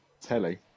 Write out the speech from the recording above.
telly